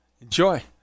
enjoy